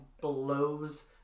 blows